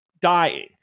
dying